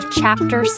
chapter